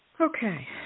Okay